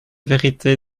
vérité